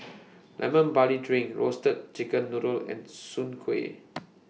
Lemon Barley Drink Roasted Chicken Noodle and Soon Kuih